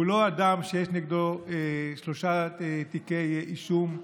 הוא לא אדם שיש נגדו שלושה תיקי אישום,